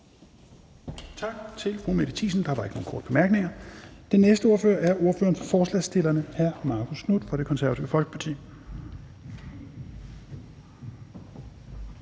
Tak til fru Mette Thiesen. Der er ikke nogen korte bemærkninger. Den næste ordfører er ordføreren for forslagsstillerne, hr. Marcus Knuth, Det Konservative Folkeparti.